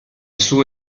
suo